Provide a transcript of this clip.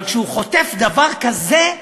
אבל כשהוא חוטף דבר כזה,